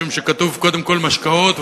משום שכתוב קודם כול "משקאות",